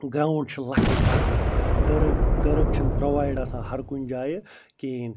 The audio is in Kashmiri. گرٛاوُنٛڈ چھِ لۄکٕٹۍ آسان ٹٔرٕف ٹٔرٕف چھِنہٕ پرٛووایڈ آسان ہر کُنہِ جایہِ کِہیٖنۍ